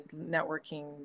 networking